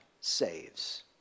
saves